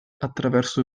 attraverso